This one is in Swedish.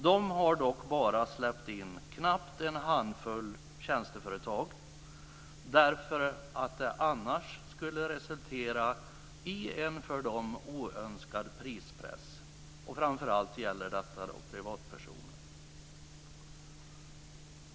De har dock bara släppt in knappt en handfull tjänsteföretag därför att det annars skulle resultera i en för dem oönskad prispress - framför allt gäller detta privatpersoner.